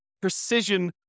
precision